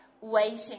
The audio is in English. waiting